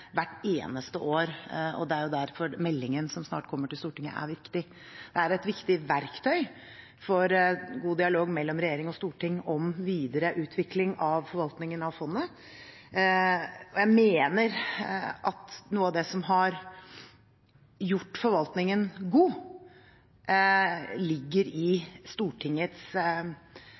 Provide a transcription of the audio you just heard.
hvert eneste år, og det er derfor meldingen som snart kommer til Stortinget, er viktig. Det er et viktig verktøy for god dialog mellom regjering og storting om videre utvikling av forvaltningen av fondet. Jeg mener at noe av det som har gjort forvaltningen god, ligger